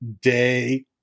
day